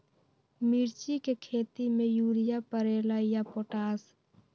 मिर्ची के खेती में यूरिया परेला या पोटाश?